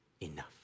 enough